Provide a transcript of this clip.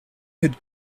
had